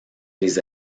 les